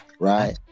right